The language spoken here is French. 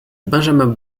benjamin